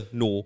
no